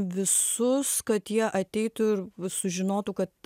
visus kad jie ateitų ir sužinotų kad